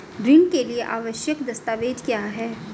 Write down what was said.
ऋण के लिए आवश्यक दस्तावेज क्या हैं?